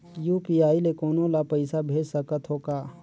UPI ले कोनो ला पइसा भेज सकत हों का?